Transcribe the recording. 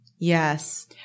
Yes